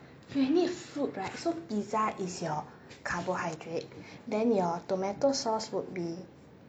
you need fruit right so pizza is your carbohydrate then your tomato sauce would be